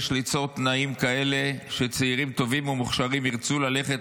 יש ליצור תנאים כאלה שצעירים טובים ומוכשרים ירצו ללכת